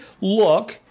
look